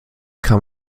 kam